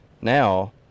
Now